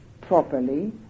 properly